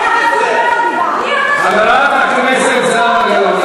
חברת הכנסת זהבה גלאון.